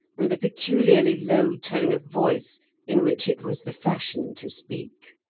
and the peculiarly low tone of voice in which it was the fashion to speak.